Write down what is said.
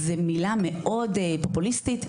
זה מילה מאוד פופוליסטית.